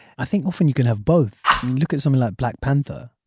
i think often you can have both. i mean look at something like black panther.